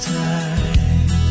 time